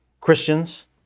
Christians